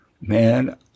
Man